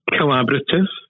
Collaborative